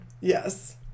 yes